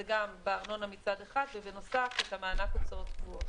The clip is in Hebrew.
גם בארנונה מצד אחד ובנוסף את מענק ההוצאות הקבועות.